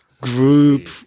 group